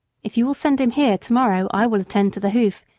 if you will send him here to-morrow i will attend to the hoof,